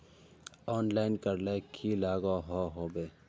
Online करले की लागोहो होबे?